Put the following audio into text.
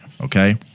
Okay